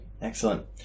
Excellent